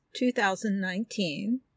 2019